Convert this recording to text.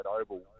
Oval